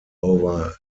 over